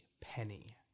penny